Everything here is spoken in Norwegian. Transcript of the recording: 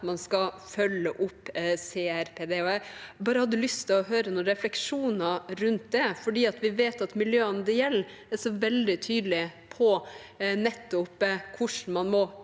man skal følge opp CRPD. Jeg hadde bare lyst til å høre noen refleksjoner rundt det, for vi vet at miljøene det gjelder, er veldig tydelige på nettopp hvordan man må